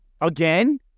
again